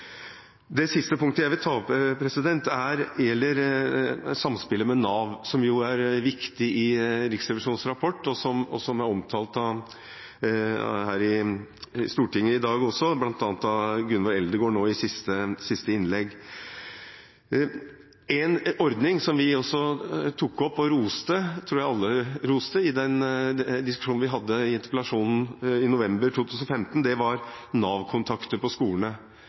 Nav, som er viktig i Riksrevisjonens rapport, og som ble omtalt i Stortinget i dag også, bl.a. av Gunvor Eldegard nå i siste innlegg. En ordning som vi tok opp og roste – som jeg tror alle roste – under diskusjonen vi hadde i interpellasjonen i november 2015, var Nav-kontakter på skolene,